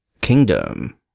kingdom